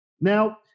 Now –